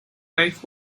life